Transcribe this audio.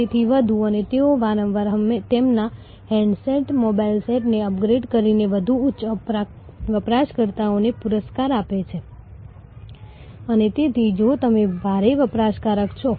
તેથી દેખીતી રીતે આ લાઇનને બાદ કરો જો તે સતત વધતું રહે તો તમે સંબંધ વિકસાવવાના સાચા માર્ગ પર છો